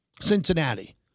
Cincinnati